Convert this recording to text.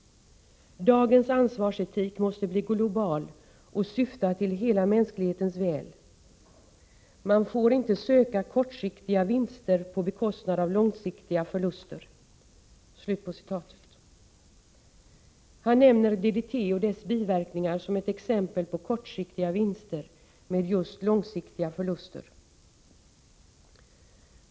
Dagens ansvarsetik måste bli global och syfta till hela mänsklighetens väl. Man får inte köpa kortsiktiga vinster på bekostnad av långsiktiga förluster”. Han nämner DDT och dess biverkningar som ett exempel på kortsiktiga vinster med just långsiktiga förluster.